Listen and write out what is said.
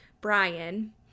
Brian